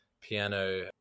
piano